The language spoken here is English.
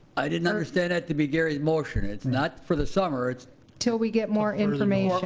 i didn't understand that to be gary's motion. it's not for the summer, it's till we get more information.